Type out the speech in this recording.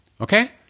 Okay